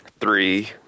Three